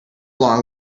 long